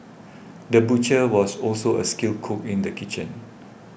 the butcher was also a skilled cook in the kitchen